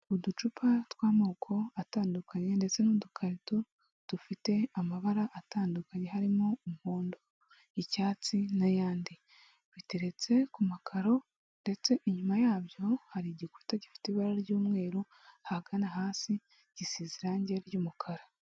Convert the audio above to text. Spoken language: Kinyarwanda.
Uducupa tw'amoko atandukanye ndetse n'udukarito dufite amabara atandukanye, harimo umuhondo, icyatsi n'ayandi biteretse ku makaro ndetse inyuma yabyo hari igikuta gifite ibara ry'umweru, ahagana hasi, gisize irange ry'umukara.